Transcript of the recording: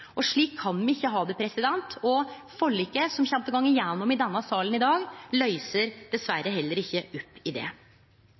og slik kan me ikkje ha det. Og forliket, som kjem til å gå igjennom i dag, løyser